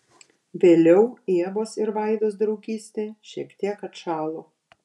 vėliau ievos ir vaidos draugystė šiek tiek atšalo